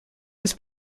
was